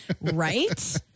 Right